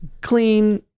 clean